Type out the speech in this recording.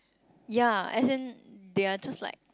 ya as in they are just like